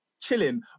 chilling